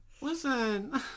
Listen